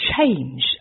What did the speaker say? change